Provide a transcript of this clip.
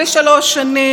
ביזיתם אותו,